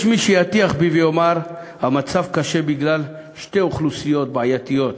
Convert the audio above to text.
יש מי שיטיח בי ויאמר: המצב קשה בגלל שתי אוכלוסיות בעייתיות,